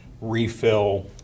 refill